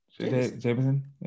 Jameson